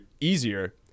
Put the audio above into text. easier